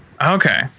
Okay